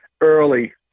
early